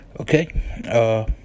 okay